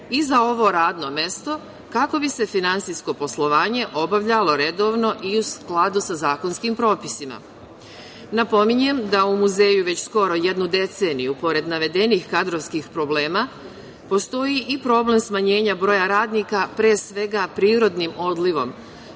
i za ovo radno mesto, kako bi se finansijsko poslovanje obavljalo redovno i u skladu sa zakonskim propisima. Napominjem da u muzeju već skoro jednu deceniju pored navedenih kadrovskih problema postoji i problem smanjenja broja radnika, pre svega prirodnim odlivom,